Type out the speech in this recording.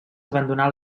abandonar